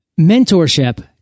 Mentorship